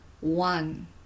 one